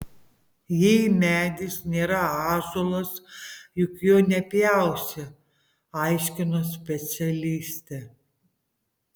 jei medis nėra ąžuolas juk jo nepjausi aiškino specialistė